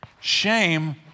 Shame